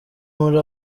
muri